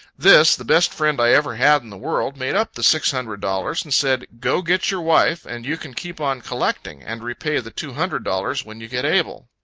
this, the best friend i ever had in the world, made up the six hundred dollars, and said, go, get your wife and you can keep on collecting, and repay the two hundred dollars when you get able.